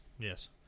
yes